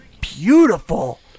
beautiful